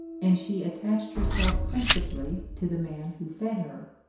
and she attached herself principally to the man who fed her.